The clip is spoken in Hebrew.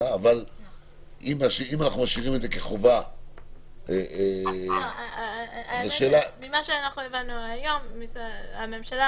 אבל אם אנחנו משאירים את זה כחובה --- ממה שאנחנו הבנו היום הממשלה